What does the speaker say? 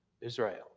Israel